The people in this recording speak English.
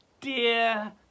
dear